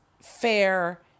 fair